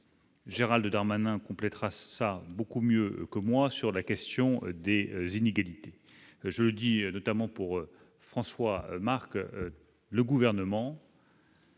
Gérald Darmanin complétera ça beaucoup mieux que moi sur la question des génies délité jeudi, notamment pour François Marc, le gouvernement.